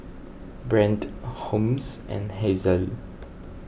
Brande Holmes and Hazelle